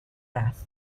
death